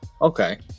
Okay